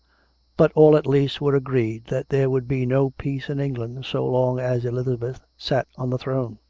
but all at least were agreed that there would be no peace in england so long as elizabeth sat on the throne.